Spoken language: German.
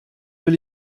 will